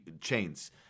chains